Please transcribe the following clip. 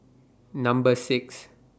Number six